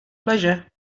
pleasure